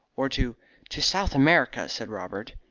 or to to south america, said robert.